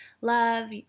love